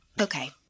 Okay